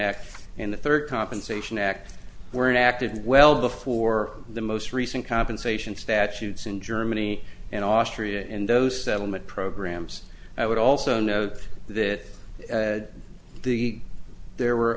act and the third compensation act were enacted well before the most recent compensation statutes in germany and austria and those settlement programs i would also note that the there were